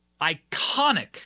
iconic